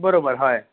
बरोबर हय